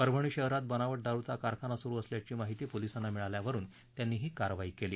परभणी शहरात बनावट दारूचा कारखाना सुरु असल्याची माहिती पोलीसांना मिळाल्यावरून त्यांनी ही कारवाई केली